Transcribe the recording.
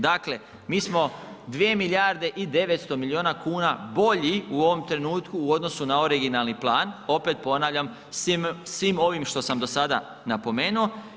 Dakle, mi smo 2 milijarde i 900 miliona kuna bolji u ovom trenutku u odnosu na originalni plan, opet ponavljam svim ovim što sam do sada napomenuo.